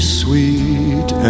sweet